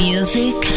Music